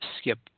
skip